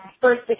first